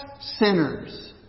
sinners